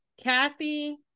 Kathy